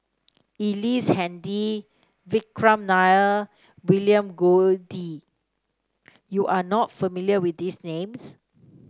Ellice Handy Vikram Nair William Goode you are not familiar with these names